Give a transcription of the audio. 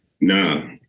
no